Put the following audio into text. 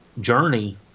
journey